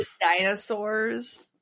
Dinosaurs